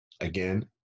again